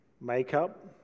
makeup